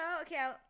okay